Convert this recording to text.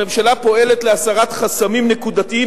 הממשלה פועלת להסרת חסמים נקודתיים